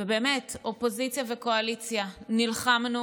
ובאמת, אופוזיציה וקואליציה נלחמנו